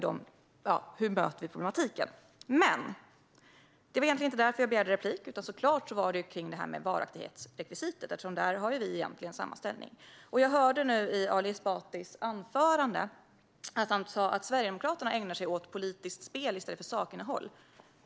Det var dock inte därför jag begärde replik, utan det gäller såklart varaktighetsrekvisitet, där vi egentligen har samma inställning. I sitt anförande sa Ali Esbati att Sverigedemokraterna ägnar sig åt politiskt spel i stället för sakinnehåll.